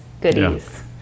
goodies